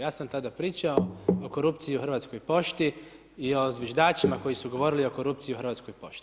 Ja sam tada pričao o korupciji u Hrvatskoj pošti i o zviždačima koji su govorili o korupciji u Hrvatskoj pošti.